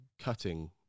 cutting